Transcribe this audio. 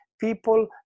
people